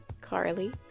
carly